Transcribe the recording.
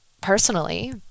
personally